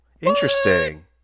interesting